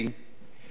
שהוא פסיכולוג,